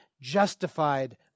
justified